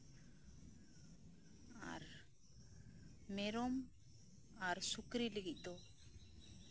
ᱟᱨ ᱢᱮᱨᱚᱢ ᱟᱨ ᱥᱩᱠᱨᱤ ᱞᱟᱹᱜᱤᱫ ᱫᱚ